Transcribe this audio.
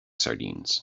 sardines